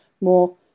more